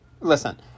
Listen